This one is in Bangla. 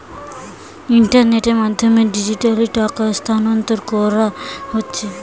ইন্টারনেটের মাধ্যমে ডিজিটালি টাকা স্থানান্তর কোরা হচ্ছে